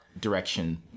direction